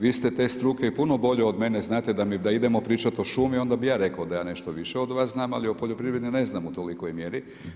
Vi ste te struke i puno bolje od mene znate da idemo pričat o šumi, onda bih ja rekao da ja nešto više od vas znam, ali o poljoprivredi ne znam u tolikoj mjeri.